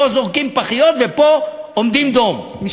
פה זורקים פחיות ופה עומדים דום?